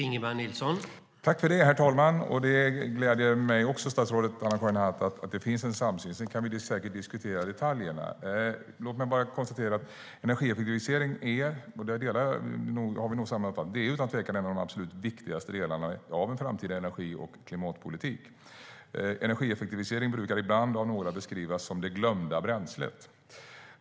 Herr talman! Det gläder även mig att det finns en samsyn mellan mig och statsrådet Anna-Karin Hatt. Sedan kan vi säkert diskutera detaljerna. Låt mig bara konstatera att energieffektivisering - och där har vi nog samma uppfattning - utan tvekan är en av de absolut viktigaste delarna i en framtida energi och klimatpolitik. Energieffektivisering beskrivs ibland som det glömda bränslet.